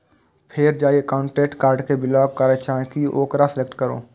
फेर जाहि एकाउंटक कार्ड कें ब्लॉक करय चाहे छी ओकरा सेलेक्ट करू